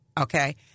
okay